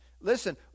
Listen